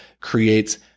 creates